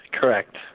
correct